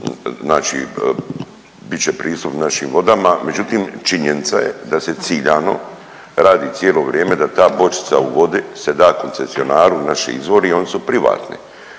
znači bit će pristup našim vodama, međutim činjenica je da se ciljano radi cijelo vrijeme da ta bočica u vodi se da koncesionaru, naši izvori i oni su privatni.